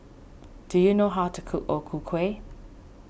do you know how to cook O Ku Kueh